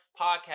Podcast